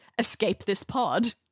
escapethispod